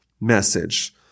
message